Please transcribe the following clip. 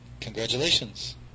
congratulations